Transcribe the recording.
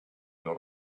lot